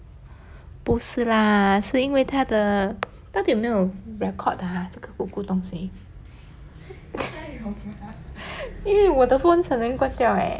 不是啦是因为他的到底有没有 record 的啊这个 kuku 东西因为我的 phone 可能关掉诶